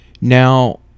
Now